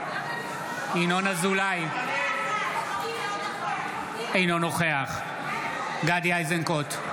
אזולאי, אינו נוכח גדי איזנקוט,